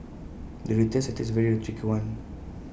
the retail sector is A very tricky one